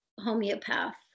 homeopath